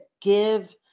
give